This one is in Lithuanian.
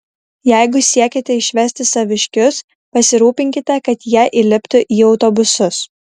jeigu siekiate išvesti saviškius pasirūpinkite kad jie įliptų į autobusus